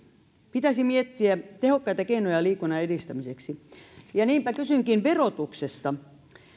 pitäisi miettiä tehokkaita keinoja liikunnan edistämiseksi ja niinpä kysynkin verotuksesta